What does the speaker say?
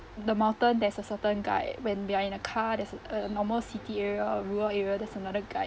the mountain there's a certain guide when we are in a car there's a uh normal city area or rural area there's another guide